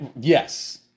Yes